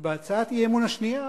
ובהצעת האי-אמון השנייה